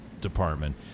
department